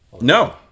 No